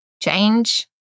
change